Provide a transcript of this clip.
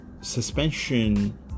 suspension